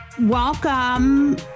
Welcome